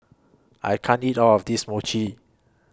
I can't eat All of This Mochi